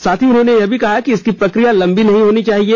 साथ ही यह भी कहा कि इसकी प्रक्रिया लंबी नहीं होनी चाहिए